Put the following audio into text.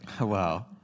Wow